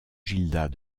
gildas